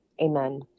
Amen